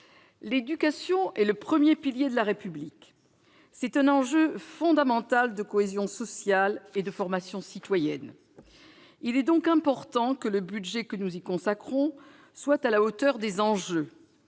l'éducation est le premier pilier de la République. C'est un enjeu fondamental de cohésion sociale et de formation citoyenne. Il est donc important que le budget que nous y consacrons soit à la hauteur des enjeux.